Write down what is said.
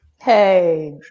Hey